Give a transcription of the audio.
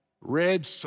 red